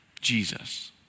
Jesus